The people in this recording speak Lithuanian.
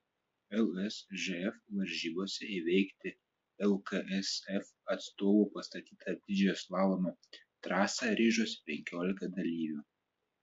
lsžf varžybose įveikti lksf atstovų pastatytą didžiojo slalomo trasą ryžosi penkiolika dalyvių